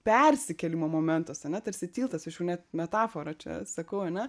persikėlimo momentas ane tarsi tiltas aš jau net metafora čia sakau ane